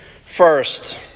First